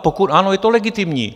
Pokud ano, je to legitimní.